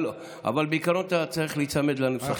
אבל בעיקרון אתה צריך להיצמד לנוסח השאילתה.